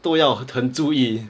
都要很注意